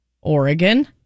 Oregon